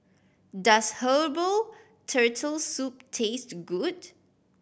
does herbal Turtle Soup taste good